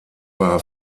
war